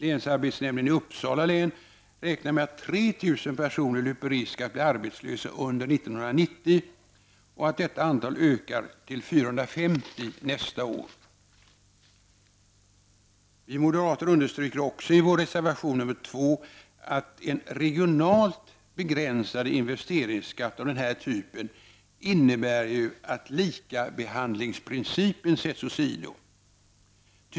Länsarbetsnämnden i Uppsala län räknar med att 3 000 personer löper risk att bli arbetslösa under 1990 och att detta antal ökar till 450 nästa år. Vi moderater understryker också i vår reservation nr 2 att en regionalt avgränsad investeringsskatt av den här typen innebär att likabehandlingsprincipen sätts åsido.